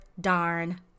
darn